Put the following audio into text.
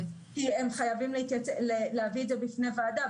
כי הם חייבים להביא את זה בפני ועדה,